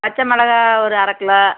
பச்சை மெளகாய் ஒரு அரை கிலோ